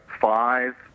five